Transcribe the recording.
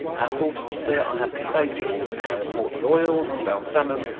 our fraughtage, sir, i have convey'd aboard and i have bought the oil, the balsamum,